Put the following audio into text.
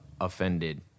offended